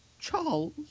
Charles